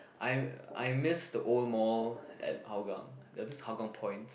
I I miss the old mall at Hougang ya this Hougang-Point